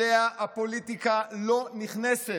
שאליה הפוליטיקה לא נכנסת.